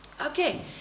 Okay